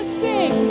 sing